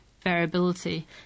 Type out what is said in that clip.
variability